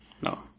No